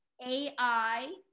AI